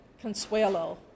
Consuelo